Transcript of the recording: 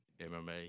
MMA